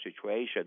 situation